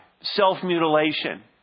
self-mutilation